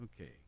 Okay